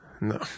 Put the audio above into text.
no